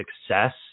success